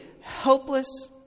helpless